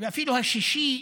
ואפילו השופט השישי,